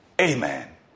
amen